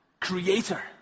creator